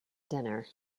dinner